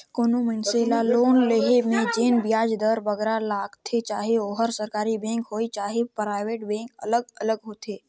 कोनो मइनसे ल लोन लोहे में जेन बियाज दर बगरा लगथे चहे ओहर सरकारी बेंक होए चहे पराइबेट बेंक अलग अलग होथे